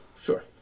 Sure